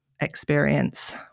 experience